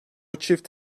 çift